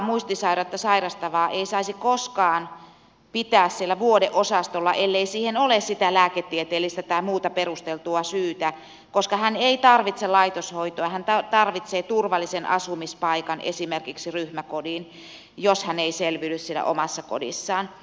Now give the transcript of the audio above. muistisairautta sairastavaa liikkuvaa henkilöä ei saisi koskaan pitää vuodeosastolla ellei siihen ole lääketieteellistä tai muuta perusteltua syytä koska hän ei tarvitse laitoshoitoa hän tarvitsee turvallisen asumispaikan esimerkiksi ryhmäkodin jos hän ei selviydy siellä omassa kodissaan